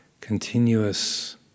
continuous